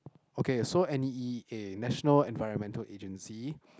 okay so N_E_A National-Environment-Agency